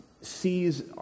sees